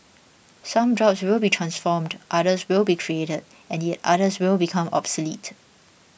some jobs will be transformed others will be created and yet others will become obsolete